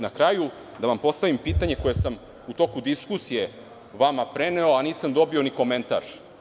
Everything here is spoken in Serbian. Na kraju da vam postavim pitanje koje sam u toku diskusije vama preneo, a nisam dobio ni komentar.